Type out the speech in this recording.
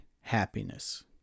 happiness